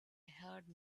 heard